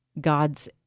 God's